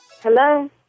Hello